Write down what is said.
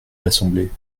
l’assemblée